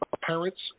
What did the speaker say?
Parents